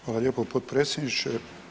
Hvala lijepo potpredsjedniče.